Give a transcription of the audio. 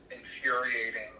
infuriating